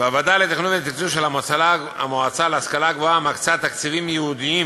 הוועדה לתכנון ולתקצוב של המועצה להשכלה גבוהה מקצה תקציבים ייעודיים